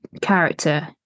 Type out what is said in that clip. character